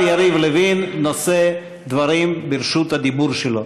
יריב לוין נושא דברים ברשות הדיבור שלו.